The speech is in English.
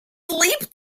sleep